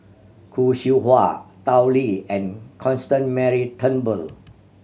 Khoo Seow Hwa Tao Li and Constance Mary Turnbull